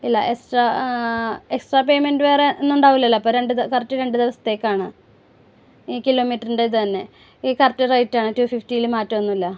ഇല്ല extra extra payment വേറെ ഒന്നും ഉണ്ടാവില്ലല്ലോ അപ്പം രണ്ട് കറക്റ്റ് രണ്ടുദിവസത്തേക്കാണ് ഈ കിലോമീറ്ററിൻ്റെ ഇതുതന്നെ ഈ കറക്ട് റേറ്റ് ആണ് ടു ഫിഫ്റ്റീല് മാറ്റം ഒന്നും ഇല്ല